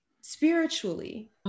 spiritually